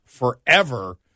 Forever